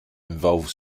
involve